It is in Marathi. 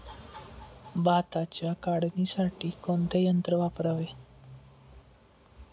भाताच्या काढणीसाठी कोणते यंत्र वापरावे?